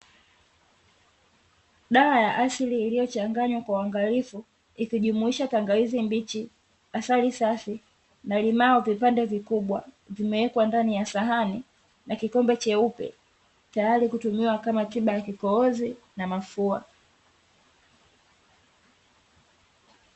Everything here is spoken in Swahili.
Dawa ya asili iliyochanganywa kwa uangalifu, ikijumuisha tangawizi mbichi, asali safi na limao vipande vikubwa vimewekwa ndani ya sahani na kikombe cheupe, tayari kutumiwa kama tiba ya kikohozi na mafua.